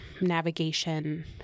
navigation